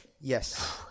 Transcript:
yes